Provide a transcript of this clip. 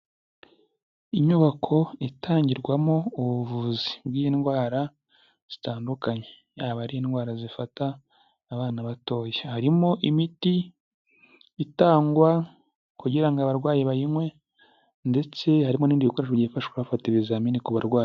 Inyubako itangirwamo ubuvuzi bw'indwara zitandukanye yaba ari indwara zifata abana batoya, harimo imiti itangwa kugira ngo abarwayi bayinywe ndetse harimo n'ibindi bikoresho byifashwa bafata ibizamini ku barwayi.